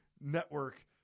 Network